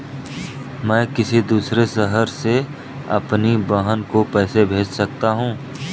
मैं किसी दूसरे शहर से अपनी बहन को पैसे कैसे भेज सकता हूँ?